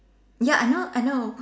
ya I know I know